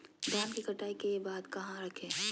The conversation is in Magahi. धान के कटाई के बाद कहा रखें?